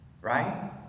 Right